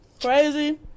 Crazy